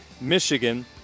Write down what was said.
Michigan